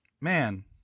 man